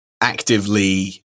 actively